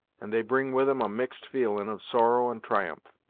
and they bring with em a mixed feelin of sorrow and triumph.